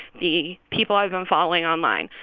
the people i've been following online,